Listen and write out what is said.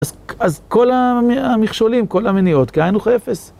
אז כל המכשולים, כל המניעות, כאין וכאפס.